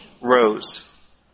Rose